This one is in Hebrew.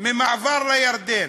מעבר לירדן,